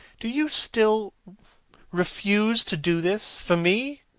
do you still refuse to do this for me?